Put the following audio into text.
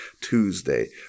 tuesday